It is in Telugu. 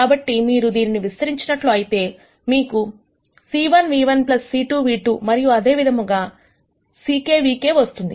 కాబట్టి మీరు దీనిని విస్తరించినట్లు అయితే మీకు c1 ν₁ c2 ν₂ మరియు అదేవిధంగా ck νk వస్తుంది